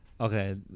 Okay